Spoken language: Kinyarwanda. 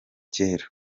cyera